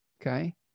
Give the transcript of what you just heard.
Okay